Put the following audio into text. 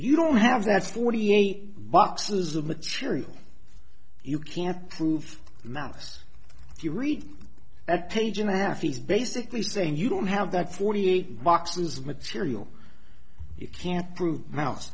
you don't have that's forty eight boxes of material you can't prove malice if you read that page and a half is basically saying you don't have that forty eight boxes of material you can't prove mouse